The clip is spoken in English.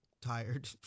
Tired